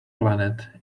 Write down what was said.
planet